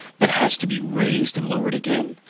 but has to be raised and lowered again,